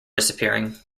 disappearing